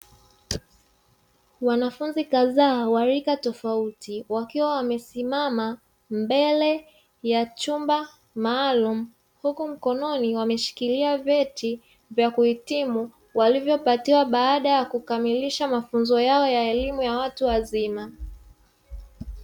Wanafunzi kadhaa wa rika tofauti, wakiwa wamesimama mbele ya chumba maalumu, huku mkononi wameshikilia vyeti vya kuhitimu walivyopatiwa baada ya kukamilisha mafunzo yao ya elimu ya watu wazima.